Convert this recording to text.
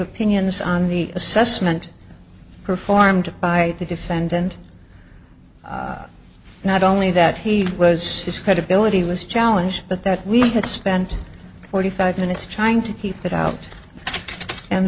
opinions on the assessment performed by the defendant not only that he was his credibility was challenged but that we had spent forty five minutes trying to keep it out and